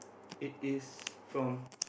it is from